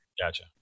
Gotcha